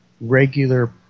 regular